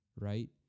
Right